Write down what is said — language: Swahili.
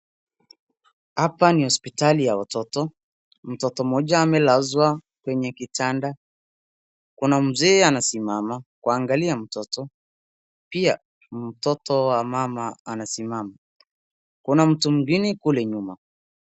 Hapa ni hospitali ya watoto mtoto moja amelazewa kwenye kitanda kuna mzee anasimama kuangalia mtoto pia mtoto wa mama anasimama kuna mtu mwingine kule nyuma.